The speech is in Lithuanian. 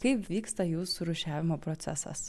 kaip vyksta jūsų rūšiavimo procesas